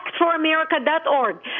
actforamerica.org